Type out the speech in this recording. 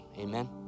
amen